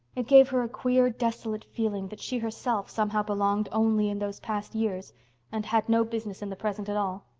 it gave her a queer desolate feeling that she herself somehow belonged only in those past years and had no business in the present at all.